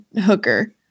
hooker